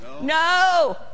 No